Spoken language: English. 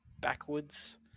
backwards